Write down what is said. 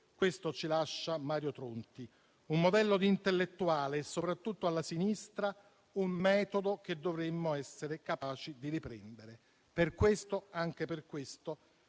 Questo ci lascia Mario Tronti: un modello di intellettuale e, soprattutto alla sinistra, un metodo che dovremmo essere capaci di riprendere. Per questo, e anche per questo,